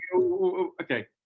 Okay